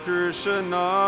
Krishna